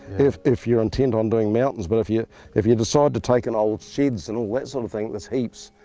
if if you're intent on doing mountains. but if you if you decide to take in old sheds and all that sort of thing there's heaps.